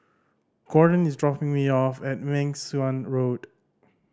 Gordon is dropping me off at Meng Suan Road